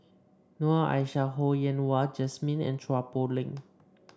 Noor Aishah Ho Yen Wah Jesmine and Chua Poh Leng